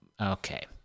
okay